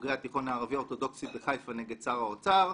בוגרי התיכון הערבי אורתודוקסי בחיפה נגד שר האוצר.